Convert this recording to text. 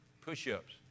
Push-ups